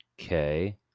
okay